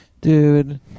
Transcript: dude